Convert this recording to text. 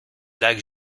lac